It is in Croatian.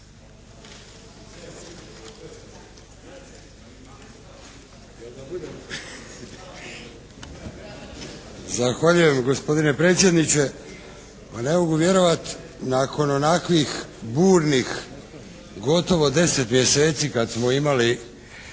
Zahvaljujem gospodine predsjedniče. Pa ne mogu vjerovati nakon onakvih burnih gotovo deset mjeseci kad smo imali